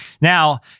Now